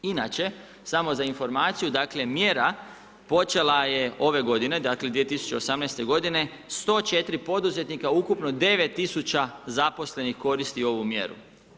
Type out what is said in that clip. Inače, samo za informaciju dakle mjera počela je ove godine dakle 2018. godine 104 poduzetnika, ukupno 9 tisuća zaposlenih koristi ovu mjeru.